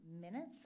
minutes